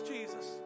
Jesus